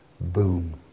boom